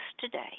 today